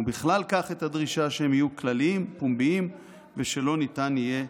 ובכלל כך את הדרישה שהם יהיו כללים פומביים ושלא ניתן יהיה